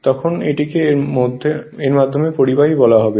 তখন এটিকে এর মাধ্যমে পরিবাহী বলা হবে